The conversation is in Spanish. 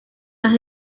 más